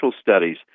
studies